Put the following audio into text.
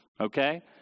okay